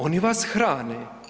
Oni vas hrane.